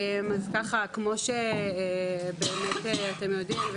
כמו שאתם יודעים,